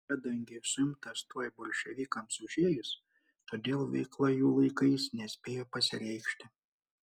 kadangi suimtas tuoj bolševikams užėjus todėl veikla jų laikais nespėjo pasireikšti